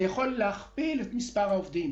תוך הכפלה של מספר העובדים.